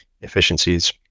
efficiencies